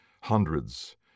hundreds